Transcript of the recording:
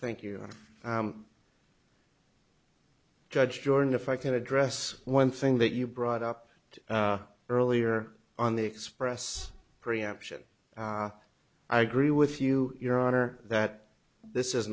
thank you judge jordan if i can address one thing that you brought up earlier on the express preemption i agree with you your honor that this is